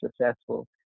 successful